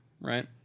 right